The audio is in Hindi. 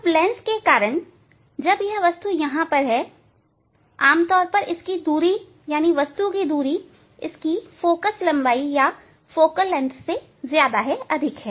अब लेंस के कारण जब यह वस्तु यहां है आम तौर पर इसकी दूरी मतलब वस्तु की दूरी इसकी फोकल लंबाई से अधिक है